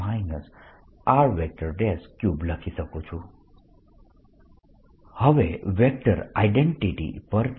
dl ×r rr r3 હવે vector identity પરથી